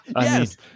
Yes